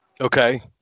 Okay